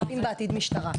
יש את משרד המשפטים,